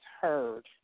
heard